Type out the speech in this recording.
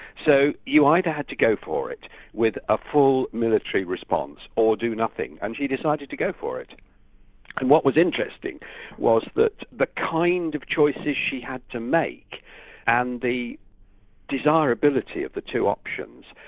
so you either have to go for it with a full military response, or do nothing, and she decided to go for it. and what was interesting was that the kind of choices she had to make and the desirability of the two options,